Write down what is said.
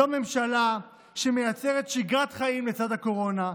זו ממשלה שמייצרת שגרת חיים לצד הקורונה,